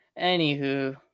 Anywho